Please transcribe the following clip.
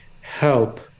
help